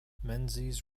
menzies